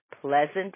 pleasant